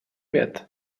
wert